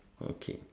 okay